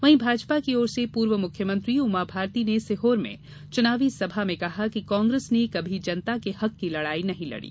वहीं भाजपा की ओर से पूर्व मुख्यमंत्री उमा भारती ने सीहोर में चुनावी सभा में कहा कि कांग्रेस ने कभी जनता के हक की लड़ाई नहीं लड़ी